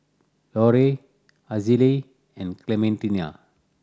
Leroy Azalee and Clementina